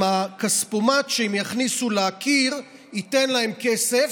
אם הכספומט שהם יכניסו לקיר ייתן להם כסף,